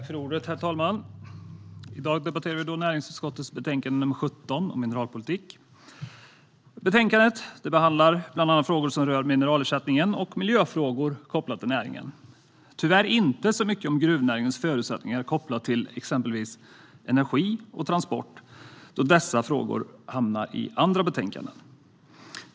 Herr talman! I dag debatterar vi näringsutskottets betänkande nr 17 Mineralpolitik . I betänkandet behandlas bland annat frågor som rör mineralersättningen och miljöfrågor kopplade till näringen. Det är tyvärr inte så mycket om gruvnäringens förutsättningar kopplade till exempelvis energi och transport, då dessa frågor hamnar i andra betänkanden.